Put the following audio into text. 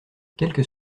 quelques